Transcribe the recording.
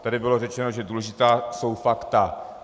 Tady bylo řečeno, že důležitá jsou fakta.